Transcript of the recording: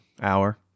hour